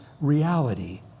reality